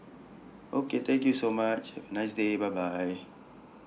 okay thank you so much have a nice day bye bye